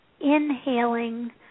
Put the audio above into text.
inhaling